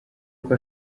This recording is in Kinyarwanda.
uko